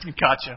gotcha